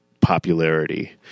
popularity